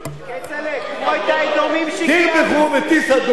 כצל'ה תרבחו ותסעדו,